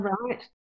right